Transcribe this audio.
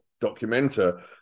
documenter